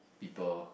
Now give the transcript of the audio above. people